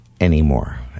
anymore